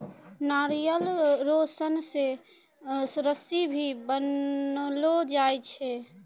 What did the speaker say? नारियल रो सन से रस्सी भी बनैलो जाय छै